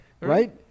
right